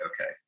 okay